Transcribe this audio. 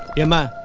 in the